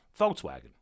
Volkswagen